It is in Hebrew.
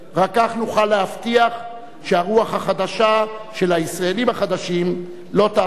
רק כך נוכל להבטיח שהרוח החדשה של הישראלים החדשים לא תהפוך,